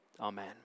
amen